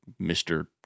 Mr